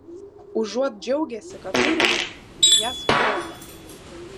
užuot džiaugęsi kad turime jas puolame